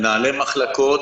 מנהלי מחלקות,